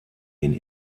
den